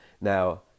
Now